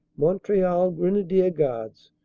montreal grenadier guards,